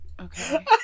Okay